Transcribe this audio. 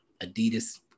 Adidas